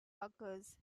occurs